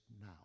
now